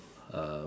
uh